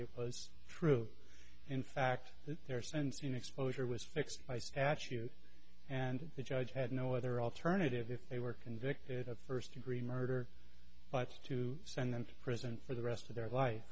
it was true in fact that their sense in exposure was fixed by statute and the judge had no other alternative if they were convicted of first degree murder but to send them to prison for the rest of their life